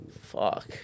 Fuck